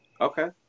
Okay